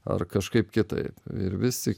ar kažkaip kitaip ir vis tik